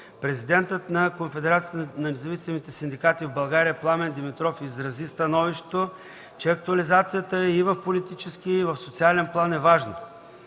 Президентът на Конфедерацията на независимите синдикати в България Пламен Димитров изрази становището, че актуализацията и в политически, и в социален план е важна,